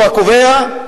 הוא הקובע,